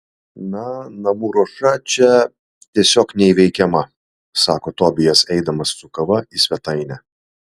na namų ruoša čia tiesiog neįveikiama sako tobijas eidamas su kava į svetainę